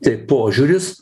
tai požiūris